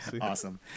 Awesome